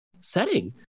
setting